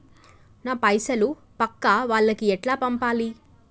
నా పైసలు పక్కా వాళ్లకి ఎట్లా పంపాలి?